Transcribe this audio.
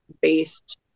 based